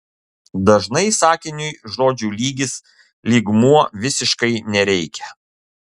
dažnai sakiniui žodžių lygis lygmuo visiškai nereikia